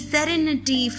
Serenity